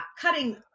cutting